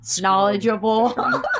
knowledgeable